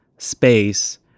Space